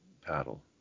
paddle